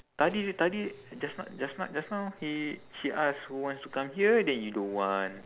tadi dia tadi just now just now just now he she ask who wants to come here then you don't want